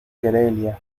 querella